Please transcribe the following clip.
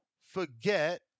forget